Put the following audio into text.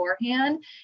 beforehand